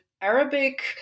Arabic